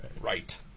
Right